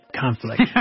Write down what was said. conflict